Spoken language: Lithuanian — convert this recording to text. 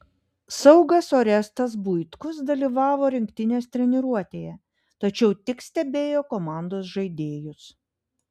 saugas orestas buitkus dalyvavo rinktinės treniruotėje tačiau tik stebėjo komandos žaidėjus